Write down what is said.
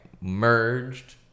merged